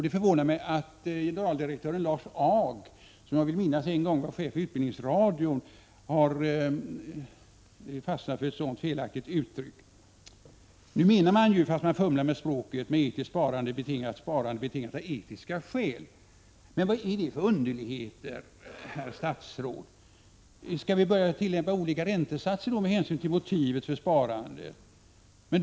Det förvånar mig att generaldirektören Lars Ag, som jag vill minnas en gång var chef för utbildningsradion, har fastnat för ett sådant felaktigt uttryck. Nu menar man, trots att man fumlar med språket, med etiskt sparande att sparandet betingas av etiska skäl. Men vad är det för underligheter, herr statsråd? Skall vi börja tillämpa olika räntesatser med hänsyn till motivet för sparandet?